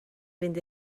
fynd